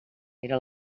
era